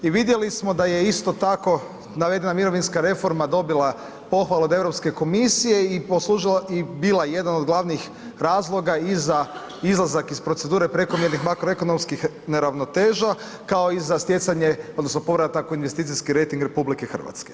I vidjeli smo da je isto tako navedena mirovinska reforma dobila pohvale od Europske komisije i bila jedan od glavnih razloga i za izlazak iz procedure prekomjernih makroekonomskih neravnoteža kao i za stjecanje, odnosno povratak u investicijski rejting RH.